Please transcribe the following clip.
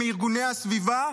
מארגוני הסביבה.